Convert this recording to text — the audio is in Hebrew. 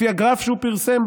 לפי הגרף שהוא פרסם,